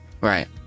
right